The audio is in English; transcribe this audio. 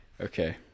Okay